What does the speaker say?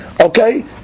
Okay